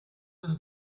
een